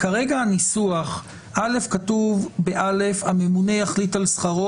כרגע כתוב ב-א שהממונה יחליט על שכרו